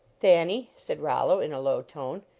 thanny, said rollo, in a low tone,